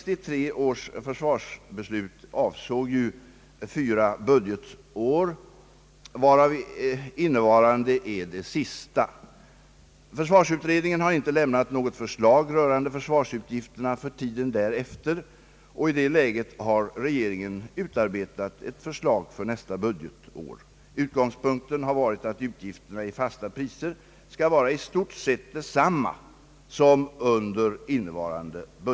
Totalt kommer dock sysselsättningen på maren och i flera försvarsutredningar grund av försvarsbeställningar inte att minska under nästa budgetår. I mittenpartireservationerna vänder man sig mot att riksdagen nu skall uttala sig för ramar för planeringsoch anskaffningsverksamhet efter nästa budgetår. Jag har inte riktigt förstått vad man menar.